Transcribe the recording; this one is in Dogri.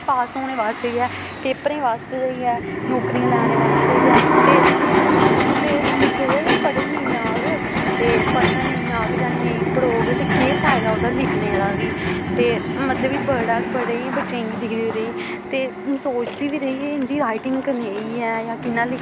पास होने बास्तै गै ऐ पेपरें बास्तै गै ऐ नौकरियां लैने बास्तै गै ऐ ते जेल्लै एह् लिखे दे गै पढ़े नेईं औग ते पढ़ना नेईं औग जां नेईं पढ़ोग ते केह् फायदा ओह्दा लिखने दा बी ते मतलब कि बड़ा बड़े गै बच्चें गी दिखदी रेही ते में सोचदी बी रेही कि इं'दी राइटिंग कनेही ऐ जां कि'न्ना लिखदे ऐ